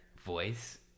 voice